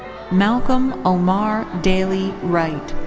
malcolm omar daley wright.